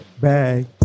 Bag